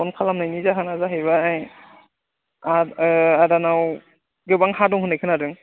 phone खालामनायनि जाहोना जाहैबाय आदानाव गोबां हा दं होननाय खोनादों